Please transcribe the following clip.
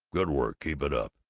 good work! keep it up!